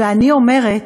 ואני אומרת,